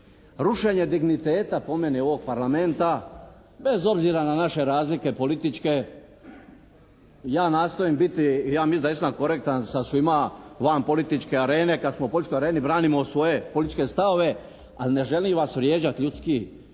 rušenje digniteta po meni ovog Parlamenta bez obzira na naše razlike političke. Ja nastojim biti, ja mislim da jesam korektan sa svima van političke arene. Kad smo u političkoj areni branimo svoje političke stavove. Ali ne želim vas vrijeđati ljudski i